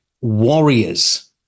warriors